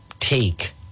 Take